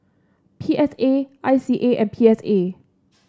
P S A I C A and P S A